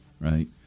right